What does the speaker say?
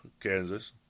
Kansas